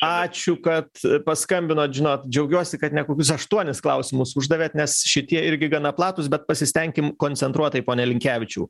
ačiū kad paskambinot žinot džiaugiuosi kad ne kokius aštuonis klausimus uždavėt nes šitie irgi gana platūs bet pasistenkim koncentruotai pone linkevičiau